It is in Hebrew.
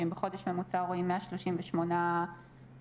אם בחודש ממוצע רואים 138 דיווחים,